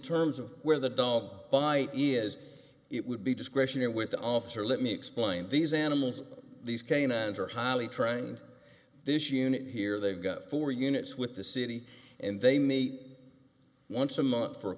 terms of where the dog bite is it would be discretionary with the officer let me explain these animals these canines are highly trained this unit here they've got four units with the city and they may once a month for a